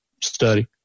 study